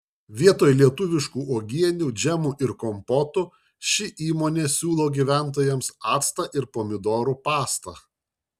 vietoj lietuviškų uogienių džemų ir kompotų ši įmonė siūlo gyventojams actą ir pomidorų pastą